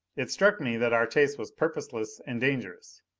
it struck me that our chase was purposeless and dangerous.